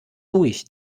ruhig